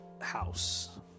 house